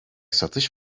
satış